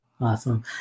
Awesome